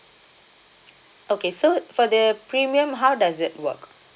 okay so for the premium how does it work